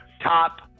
top